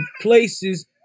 places